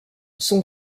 son